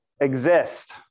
exist